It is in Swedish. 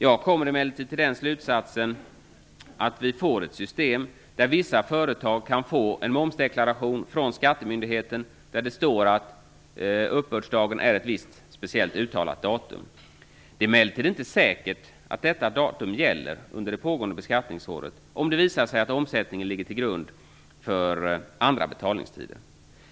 Jag kommer emellertid till den slutsatsen att vi kommer att få ett system där vissa företag kan få en momsdeklaration från skattemyndigheten där det står att uppbördsdagen är ett visst, speciellt uttalat datum. Det är emellertid inte säkert att detta datum gäller under pågående beskattningsår. Det kan visa sig att omsättningen borde ligga till grund för andra betalningstider.